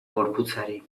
gorputzari